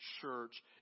church